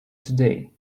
today